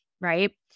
Right